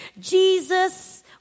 Jesus